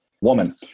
woman